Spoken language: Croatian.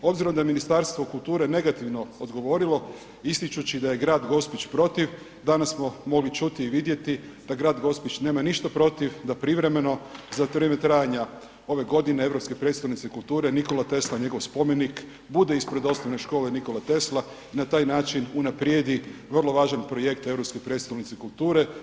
Obzirom da je Ministarstvo kulture negativno odgovorilo ističući da je grad Gospić protiv danas smo mogli čuti i vidjeti da grad Gospić nema ništa protiv da privremeno za vrijeme trajanja ove godine Europske prijestolnice kulture Nikola Tesla njegov spomenik bude ispred Osnovne škole Nikola Tesla i na taj način unaprijedi vrlo važan projekt Europske prijestolnice kulture.